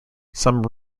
some